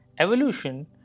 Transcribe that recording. Evolution